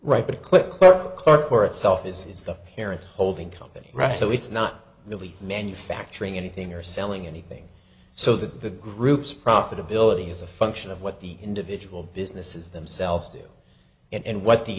car for itself is the parent holding company right so it's not really manufacturing anything or selling anything so that the group's profitability is a function of what the individual businesses themselves do and what the